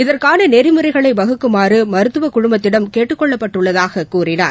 இதற்கானநெறிமுறைகளைவகுக்குமாறமருத்துவக்குழுமத்திடம் கேட்டுக்கொள்ளப்பட்டுள்ளதாககூறினார்